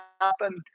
happen